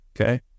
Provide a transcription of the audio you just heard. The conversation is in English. okay